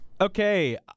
Okay